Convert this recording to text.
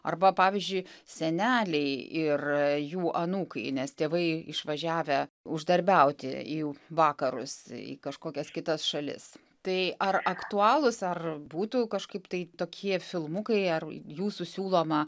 arba pavyzdžiui seneliai ir jų anūkai nes tėvai išvažiavę uždarbiauti į vakarus į kažkokias kitas šalis tai ar aktualūs ar būtų kažkaip tai tokie filmukai ar jūsų siūloma